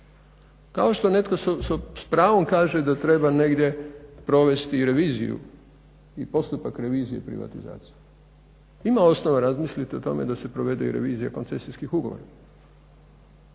kao što netko s pravom kaže da treba negdje provesti reviziju i postupak revizije privatizacije. Ima osnova razmisliti o tome da se provede i revizija koncesijskih ugovora.